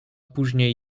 później